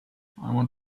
want